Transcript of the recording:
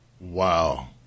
Wow